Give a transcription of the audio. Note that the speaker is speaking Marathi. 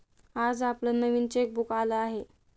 आज आपलं नवीन चेकबुक आलं आहे